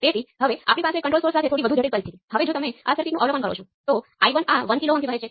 તેથી આપણે સ્પષ્ટપણે કહી શકીએ કે y11 એ 1 h11 છે